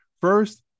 First